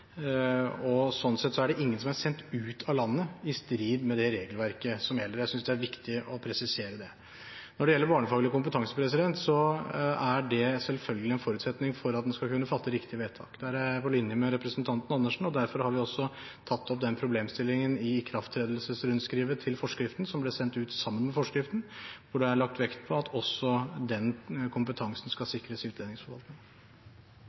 og sånn sett er det ingen som er sendt ut av landet i strid med det regelverket som gjelder. Jeg synes det er viktig å presisere det. Når det gjelder barnefaglig kompetanse, er det selvfølgelig en forutsetning for at man skal kunne fatte riktige vedtak. Her er jeg på linje med representanten Andersen. Derfor har vi også tatt opp den problemstillingen i ikrafttredelsesrundskrivet til forskriften, som ble sendt ut sammen med forskriften, hvor det er lagt vekt på at også den kompetansen skal